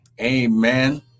Amen